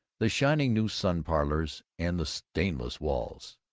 the shining new sun-parlors and the stainless walls.